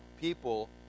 people